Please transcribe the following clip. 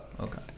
okay